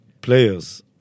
players